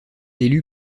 élu